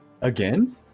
Again